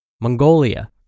Mongolia